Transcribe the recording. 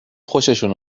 خوششون